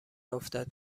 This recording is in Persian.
افتد